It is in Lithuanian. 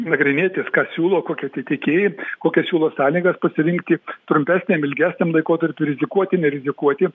nagrinėtis ką siūlo kokie tie tiekėjai kokias siūlo sąlygas pasirinkti trumpesniam ilgesniam laikotarpiui rizikuoti nerizikuoti